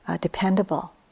dependable